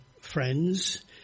friends